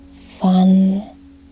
fun